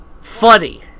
funny